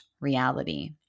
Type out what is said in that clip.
reality